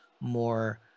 more